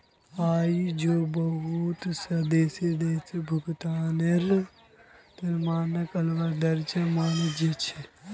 आई झो बहुत स देश देरी स भुगतानेर मानकक अव्वल दर्जार मान छेक